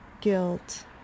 guilt